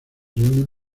reúnen